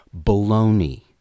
baloney